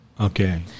okay